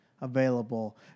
available